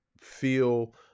feel